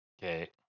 Okay